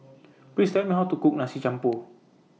Please Tell Me How to Cook Nasi Campur